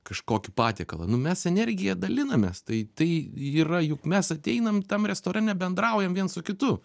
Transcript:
kažkokį patiekalą nu mes energija dalinamės tai tai yra juk mes ateinam tam restorane bendraujam viens su kitu